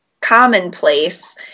commonplace